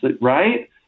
right